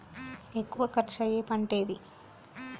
ఎక్కువ ఖర్చు అయ్యే పంటేది?